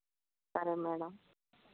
సరే మేడం